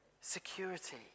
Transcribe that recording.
security